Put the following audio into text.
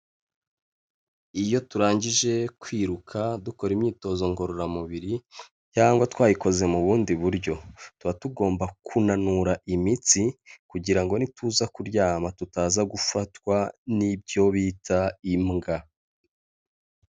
Iyo turangije kwiruka dukora imyitozo ngororamubiri cyangwa twayikoze mu bundi buryo, tuba tugomba kunanura imitsi kugira ngo nituza kuryama tutaza gufatwa n'ibyo bita imbwa.